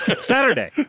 Saturday